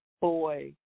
boy